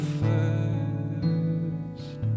first